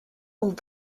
called